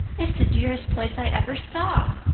it's the dearest place i ever saw,